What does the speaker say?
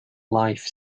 life